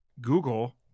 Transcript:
Google